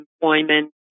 employment